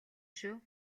шүү